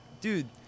Dude